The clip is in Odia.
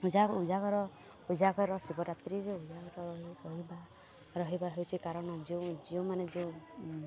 ଉଜାଗର ଶିବରାତ୍ରିରେ ଉଜାଗର ରହିବା ରହିବା ହେଉଛି କାରଣ ଯେଉଁ ଯେଉଁମାନେ ଯେଉଁ